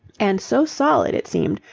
and so solid, it seemed,